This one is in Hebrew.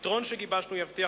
הפתרון שגיבשנו יבטיח,